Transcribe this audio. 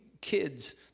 kids